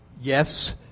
Yes